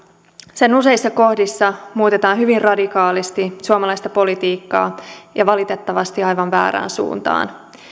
sen useissa kohdissa muutetaan hyvin radikaalisti suomalaista politiikkaa ja valitettavasti aivan väärään suuntaan